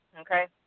okay